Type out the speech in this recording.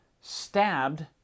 stabbed